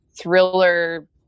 thriller